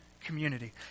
community